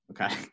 okay